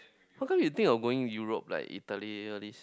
how come you think of going Europe like Italy all this